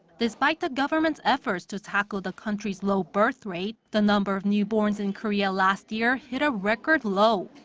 despite the government's efforts to tackle the country's low birth rate, the number of newborns in korea last year hit a record low.